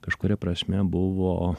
kažkuria prasme buvo